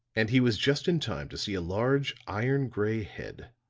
and he was just in time to see a large, iron-gray head,